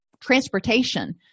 transportation